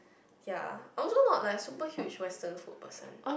ya I also not like super huge western food person